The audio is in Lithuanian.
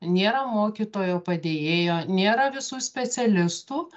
nėra mokytojo padėjėjo nėra visų specialistų